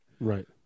right